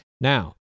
now